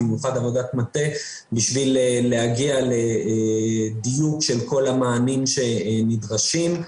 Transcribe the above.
במיוחד עבודת מטה בשביל להגיע לדיוק של כל המענים שנדרשים.